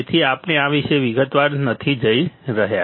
તેથી આપણે આ વિશે વિગતવાર નથી જઈ રહ્યા